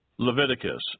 Leviticus